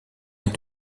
est